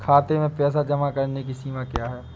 खाते में पैसे जमा करने की सीमा क्या है?